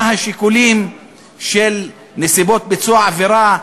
מה השיקולים של נסיבות ביצוע העבירה?